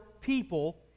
people